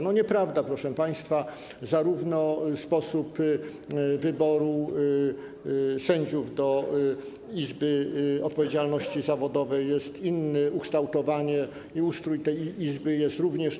Nieprawda, proszę państwa - zarówno sposób wyboru sędziów do Izby Odpowiedzialności Zawodowej jest inny, jak i ukształtowanie i ustrój tej izby są inne.